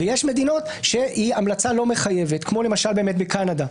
ויש מדינות שזאת המלצה לא מחייבת, כמו למשל בקנדה.